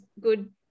good